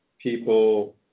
people